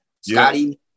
Scotty